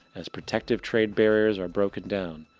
as protective trade-barriers are broken down,